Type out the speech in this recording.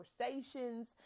conversations